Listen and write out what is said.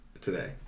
Today